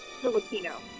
Filipino